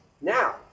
Now